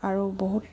আৰু বহুত